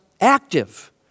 active